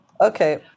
Okay